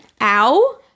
ow